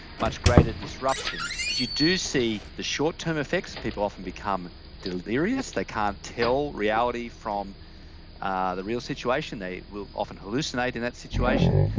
much greater disruption, and you do see the short term effects, people often become delirious, they can't tell reality from ah the real situation, they will often hallucinate in that situation,